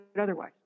otherwise